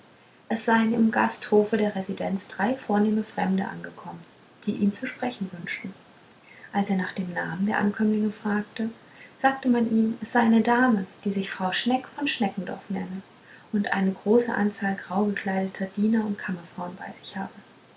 es seien im gasthofe der residenz drei vornehme fremde angekommen die ihn zu sprechen wünschten als er nach den namen der ankömmlinge fragte sagte man ihm es sei eine dame die sich frau schneck von schneckendorf nenne und eine große anzahl grau gekleideter diener und kammerfrauen bei sich habe